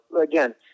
again